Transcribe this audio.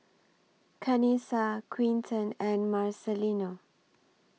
Kanisha Quinten and Marcelino